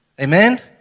Amen